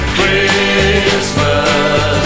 Christmas